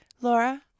Laura